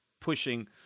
pushing